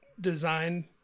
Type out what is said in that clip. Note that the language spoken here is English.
design